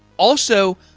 also,